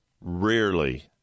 rarely